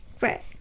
Right